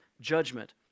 judgment